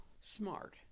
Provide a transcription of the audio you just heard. smart